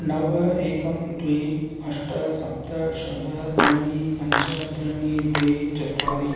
नव एकं द्वे अष्ट सप्त षड् त्रीणि पञ्च त्रीणि द्वे चत्वारि